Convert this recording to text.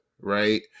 right